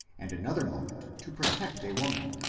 and another moment to protect a woman.